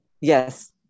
Yes